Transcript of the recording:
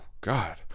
God